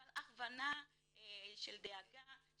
אבל הכוונה של דאגה,